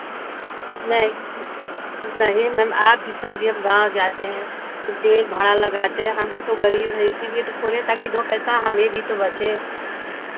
नहीं नहीं मैम आप भी समझिए हम गाँव जाते हैं तेल भाड़ा लगाते हैं हम भी तो गरीब हैं इसीलिए तो खोले ताकि दो पैसा हमेंभी तो बचे